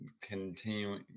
continue